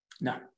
No